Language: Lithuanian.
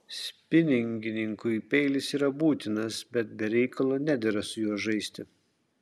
spiningininkui peilis yra būtinas bet be reikalo nedera su juo žaisti